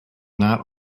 not